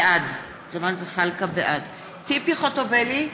בעד ציפי חוטובלי,